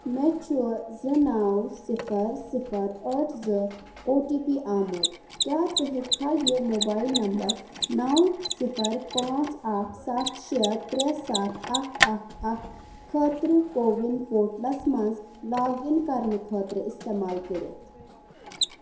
مےٚ چھُ زٕ نَو صِفر صِفر ٲٹھ زٕ او ٹی پی آمُت کیٛاہ ژٕ ہٮ۪کٕکھہٕ یہِ موبایِل نمبر نَو صِفر پانٛژھ اَکھ سَتھ شےٚ ترٛےٚ سَتھ اَکھ اَکھ اَکھ خٲطرٕ کووِن پورٹلَس مَنٛز لاگ اِن کرنہٕ خٲطرٕ استعمال کٔرتھ